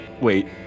Wait